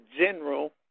general